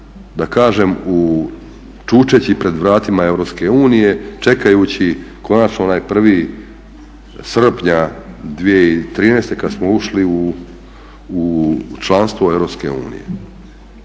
da kažem čučeći pred vratima EU čekajući konačno onaj 1. srpnja 2013. kad smo ušli u članstvo EU?